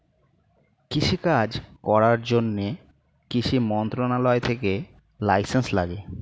কৃষি কাজ করার জন্যে কৃষি মন্ত্রণালয় থেকে লাইসেন্স লাগে